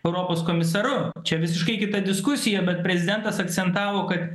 europos komisaru čia visiškai kita diskusija bet prezidentas akcentavo kad